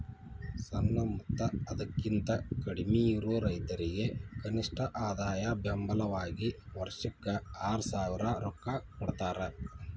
ಸಣ್ಣ ಮತ್ತ ಅದಕಿಂತ ಕಡ್ಮಿಯಿರು ರೈತರಿಗೆ ಕನಿಷ್ಠ ಆದಾಯ ಬೆಂಬಲ ವಾಗಿ ವರ್ಷಕ್ಕ ಆರಸಾವಿರ ರೊಕ್ಕಾ ಕೊಡತಾರ